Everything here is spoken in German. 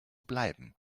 bleiben